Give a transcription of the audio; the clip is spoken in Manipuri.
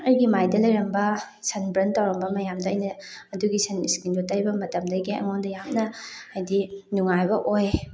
ꯑꯩꯒꯤ ꯃꯥꯏꯗ ꯂꯩꯔꯝꯕ ꯁꯟ ꯕꯔꯟ ꯇꯧꯔꯝꯕ ꯃꯌꯥꯝꯗꯨ ꯑꯩꯅ ꯑꯗꯨꯒꯤ ꯁꯟ ꯏ꯭ꯁꯀ꯭ꯔꯤꯟꯗꯨ ꯇꯩꯕ ꯃꯇꯝꯗꯒꯤ ꯑꯩꯉꯣꯟꯗ ꯌꯥꯝꯅ ꯍꯥꯏꯕꯗꯤ ꯅꯨꯡꯉꯥꯏꯕ ꯑꯣꯏ